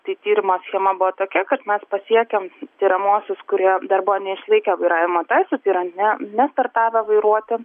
tai tyrimo schema buvo tokia kad mes pasiekėm tiriamuosius kurie dar buvo neišlaikę vairavimo teisės yra ne nestartavę vairuoti